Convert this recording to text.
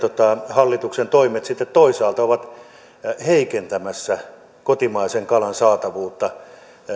hallituksen toimet toisaalta ovat heikentämässä kotimaisen kalan saatavuutta